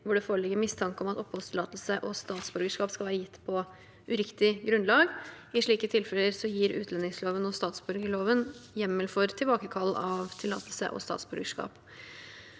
hvor det foreligger mistanke om at oppholdstillatelse og statsborgerskap skal være gitt på uriktig grunnlag. I slike tilfeller gir utlendingsloven og statsborgerloven hjemmel for tilbakekall av oppholdstillatelse og statsborgerskap.